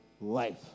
life